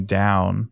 down